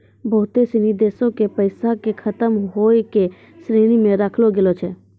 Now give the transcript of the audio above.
बहुते सिनी देशो के पैसा के खतम होय के श्रेणी मे राखलो गेलो छै